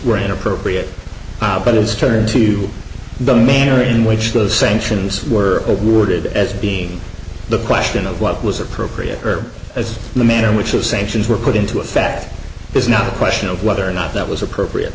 were inappropriate out but it was turned to the manner in which those sanctions were awarded as being the question of what was appropriate or as the manner in which of sanctions were put into effect is not a question of whether or not that was appropriate